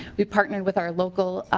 we partner with our local